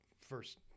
first